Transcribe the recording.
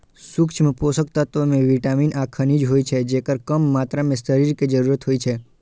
सूक्ष्म पोषक तत्व मे विटामिन आ खनिज होइ छै, जेकर कम मात्रा मे शरीर कें जरूरत होइ छै